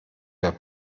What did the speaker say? wer